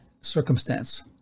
circumstance